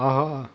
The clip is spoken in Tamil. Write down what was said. ஆஹா